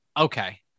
Okay